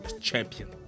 Champion